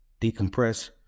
decompress